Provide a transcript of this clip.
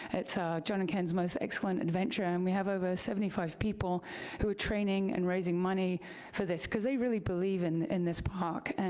it's john and ken's most excellent adventure, and we have over seventy five people who are training and raising money for this, cause they really believe in in this park, and